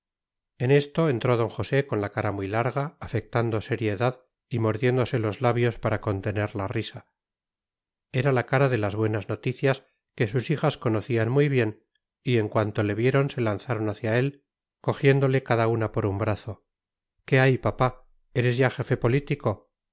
en esto entró d josé con la cara muy larga afectando seriedad y mordiéndose los labios para contener la risa era la cara de las buenas noticias que sus hijas conocían muy bien y en cuanto le vieron se lanzaron hacia él cogiéndole cada una por un brazo qué hay papá eres ya jefe político